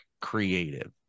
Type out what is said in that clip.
creative